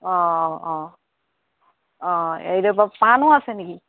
অঁ অঁ অঁ অঁ এই তাৰপৰা পাণো আছে নেকি